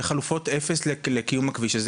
חלופות אפס לקיום הכביש הזה.